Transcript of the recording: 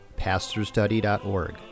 pastorstudy.org